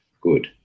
good